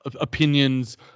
opinions